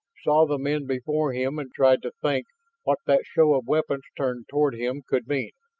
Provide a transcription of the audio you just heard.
saw the men before him and tried to think what that show of weapons turned toward him could mean.